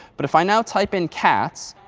but if i now type in cats,